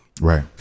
Right